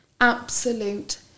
Absolute